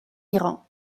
iran